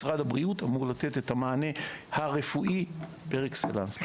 משרד הבריאות אמור לתת את המענה הרפואי "פר אקסלנס".